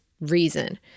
reason